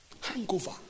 hangover